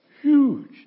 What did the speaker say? huge